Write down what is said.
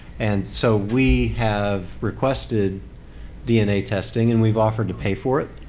and so we have requested dna testing and we've offered to pay for it.